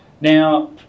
Now